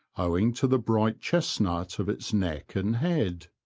owing to the bright chestnut of its neck and head.